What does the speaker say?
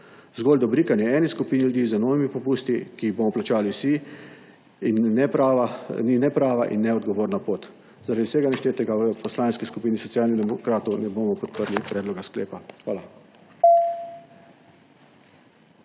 Zgolj dobrikanje eni skupini ljudi z novimi popusti, ki jih bomo plačali vsi, ni ne prava in ne odgovorna pot. Zaradi vsega naštetega v Poslanski skupini Socialnih demokratov ne bomo podprli predloga sklepa. Hvala.